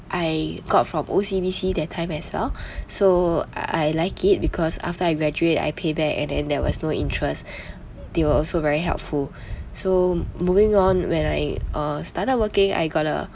I got from O_C_B_C that time as well so I like it because after I graduate I pay back and then there was no interest they were also very helpful so moving on when I uh started working I got a